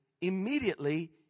immediately